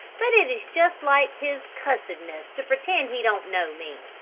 but it is just like his cussedness to pretend he don't know me.